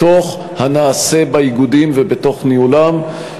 בתוך הנעשה באיגודים ובתוך ניהולם.